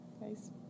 nice